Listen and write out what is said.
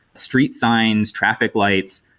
street signs, traffic lights.